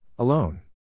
Alone